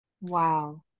Wow